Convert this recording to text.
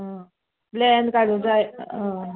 आ plan काडूं जाय आं